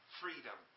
freedom